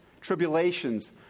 tribulations